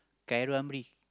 Kylo Hambri